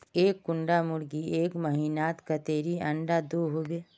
एक कुंडा मुर्गी एक महीनात कतेरी अंडा दो होबे?